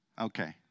Okay